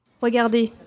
Regardez